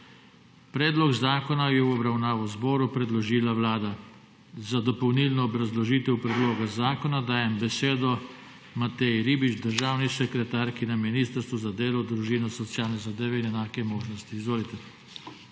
Predlog zakona je v obravnavo Državnemu zboru predložila Vlada. Za dopolnilno obrazložitev predloga zakona dajem besedo Mateji Ribič, državni sekretarki na Ministrstvu za delo, družino, socialne zadeve in enake možnosti. Izvolite.